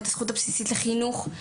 את הזכות הבסיסית לחינוך,